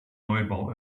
neubau